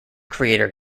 creator